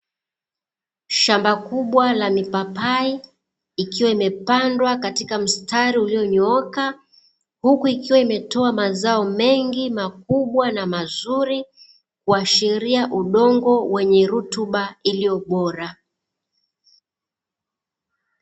Shamba kubwa la mipapai ikiwa imepandwa katika mstari ulionyooka, huku ikiwa imetoa mazao mengi makubwa na mazuri kuashiria udongo wenye rutuba iliyo bora.